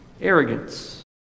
arrogance